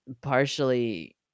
partially